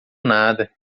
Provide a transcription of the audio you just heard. nada